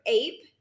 ape